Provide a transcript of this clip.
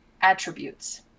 attributes